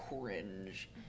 Cringe